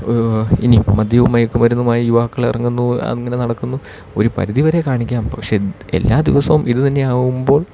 ഇനി മദ്യവും മയക്കുമരുന്നുമായി യുവാക്കൾ ഇറങ്ങുന്നു അങ്ങനെ നടക്കുന്നു ഒരു പരിധിവരെ കാണിക്കാം പക്ഷെ എല്ലാ ദിവസവും ഇതു തന്നെയാവുമ്പോൾ